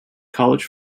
college